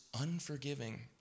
unforgiving